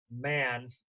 man